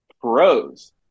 Pros